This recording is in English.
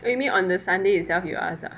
wait you mean on the sunday itself you ask ah